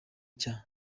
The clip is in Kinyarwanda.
cya